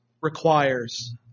requires